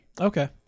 Okay